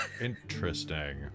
Interesting